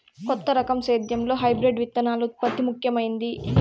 కొత్త రకం సేద్యంలో హైబ్రిడ్ విత్తనాల ఉత్పత్తి ముఖమైంది